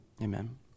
Amen